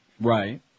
Right